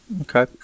Okay